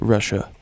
Russia